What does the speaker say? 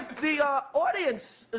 the audience,